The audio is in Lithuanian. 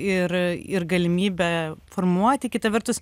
ir ir galimybę formuoti kita vertus